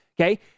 Okay